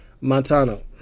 Montano